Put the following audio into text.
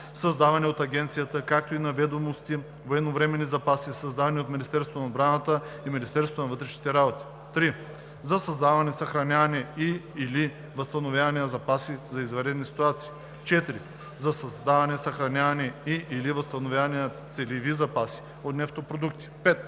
създавани от агенцията, както и на ведомствени военновременни запаси, създавани от Министерството на отбраната и Министерството на вътрешните работи; 3. за създаване, съхраняване и/или възстановяване на запаси за извънредни ситуации; 4. за създаване, съхраняване и/или възстановяване на целеви запаси от нефтопродукти; 5.